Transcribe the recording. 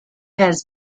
had